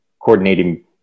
coordinating